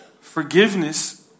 Forgiveness